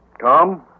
tom